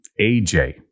AJ